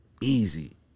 Easy